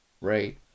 Right